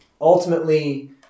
Ultimately